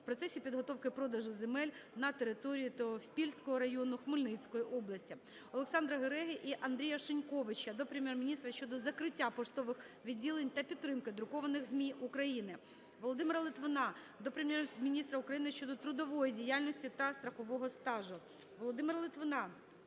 в процесі підготовки продажу земель на території Теофіпольського району Хмельницької області. Олександра Гереги і Андрія Шиньковича до Прем'єр-міністра щодо закриття поштових відділень та підтримки друкованих ЗМІ України. Володимира Литвина до Прем'єр-міністра України щодо трудової діяльності та страхового стажу.